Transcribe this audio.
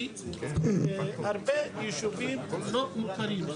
שהרבה יישובים לא מוכרים.